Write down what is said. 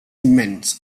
immens